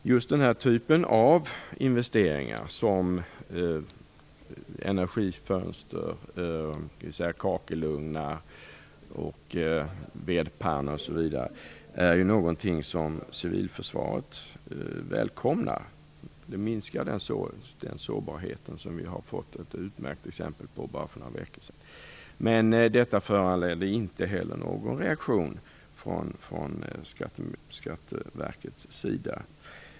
Den här typen av investeringar i energifönster, kakelugnar, vedpannor osv. är någonting som civilförsvaret välkomnar. Det minskar den sårbarhet som vi har fått ett utmärkt exempel på för bara några veckor sedan. Detta föranledde inte någon reaktion från Skatteverkets sida.